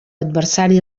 adversari